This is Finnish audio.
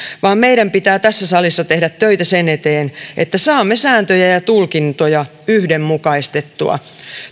vaan meidän pitää tässä salissa tehdä töitä sen eteen että saamme sääntöjä ja tulkintoja yhdenmukaistettua